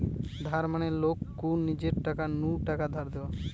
ধার মানে লোক কু নিজের টাকা নু টাকা ধার দেওয়া